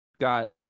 Got